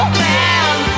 man